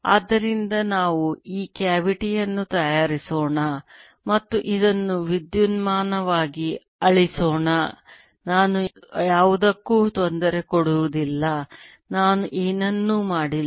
ಆದ್ದರಿಂದ ನಾವು ಈ ಕೆವಿಟಿ ಯನ್ನು ತಯಾರಿಸೋಣ ಮತ್ತು ಇದನ್ನು ವಿದ್ಯುನ್ಮಾನವಾಗಿ ಅಳಿಸೋಣ ನಾನು ಯಾವುದಕ್ಕೂ ತೊಂದರೆ ಕೊಡುವುದಿಲ್ಲ ನಾನು ಏನನ್ನೂ ಮಾಡಿಲ್ಲ